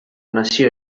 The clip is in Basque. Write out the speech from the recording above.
nazio